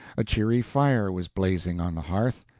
a cheery fire was blazing on the hearth.